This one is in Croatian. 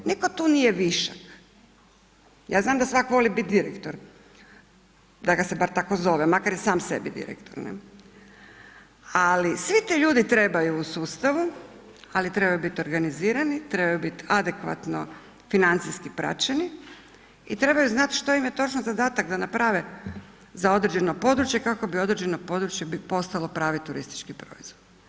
Nitko tu nije višak, ja znam da svatko voli biti direktor, da ga se bar tako zove, makar je sam sebi direktor ali svi ti ljudi trebaju u sustavu ali trebaju biti organizirani, trebaju biti adekvatno financijski praćeni i trebaju znati što im je točno zadatak da naprave za određeno područje kako bi određeno područje postalo pravi turistički proizvod.